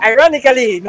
Ironically